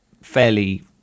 fairly